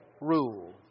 rule